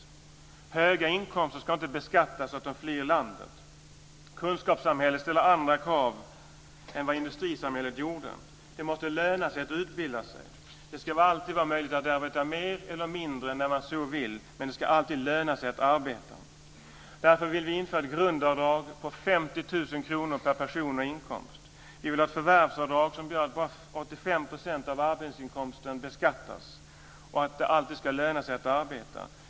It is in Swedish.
Människor med höga inkomster ska inte beskattas så att de flyr landet. Kunskapssamhället ställer andra krav än vad industrisamhället gjorde. Det måste löna sig att utbilda sig. Det ska alltid vara möjligt att arbeta mer eller mindre när man så vill, men det ska alltid löna sig att arbeta. Därför vill vi införa ett grundavdrag på 50 000 per person. Vi vill ha ett förvärvsavdrag som gör att bara 85 % av arbetsinkomsten beskattas. Det ska alltid löna sig att arbeta.